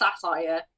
satire